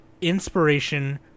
inspiration